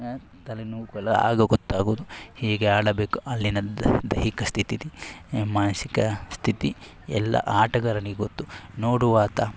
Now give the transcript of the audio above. ತಲೆ ನೋವಾಗಲು ಆಗ ಗೊತ್ತಾಗುವುದು ಹೀಗೆ ಆಡಬೇಕು ಅಲ್ಲಿನ ದೈಹಿಕ ಸ್ಥಿತಿ ಮಾನಸಿಕ ಸ್ಥಿತಿ ಎಲ್ಲ ಆಟಗಾರನಿಗೆ ಗೊತ್ತು ನೋಡುವಾತ